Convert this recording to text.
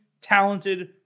talented